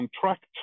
contract